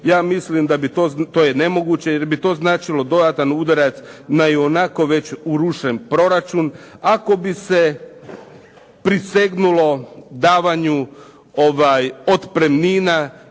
ja mislim da je to nemoguće jer bi to značilo dodatan udarac na ionako već urušen proračun ako bi se prisegnulo davanju otpremnina